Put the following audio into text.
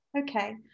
Okay